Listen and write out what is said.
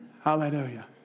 Hallelujah